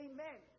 Amen